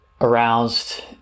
aroused